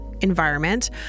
environment